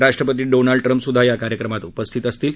राष्ट्रपती Donald Trump सुद्धा त्या कार्यक्रमात उपस्थित असतील